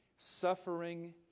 Suffering